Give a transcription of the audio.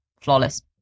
flawless